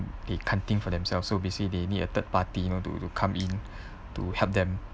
the cutting for themselves so basically they need a third party you know to to come in to help them